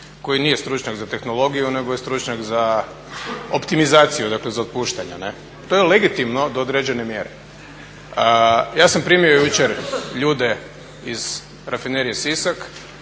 koji nije stručnjak za tehnologiju nego je stručnjak za optimizaciju, dakle za otpuštanja. To je legitimno do određene mjere. Ja sam primio jučer ljude iz Rafinerije Sisak,